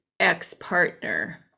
ex-partner